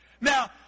Now